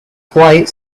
flight